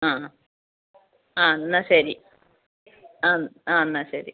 ആ ആ എന്നാൽ ശരി ആ ആ എന്നാൽ ശരി